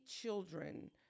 children